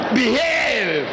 behave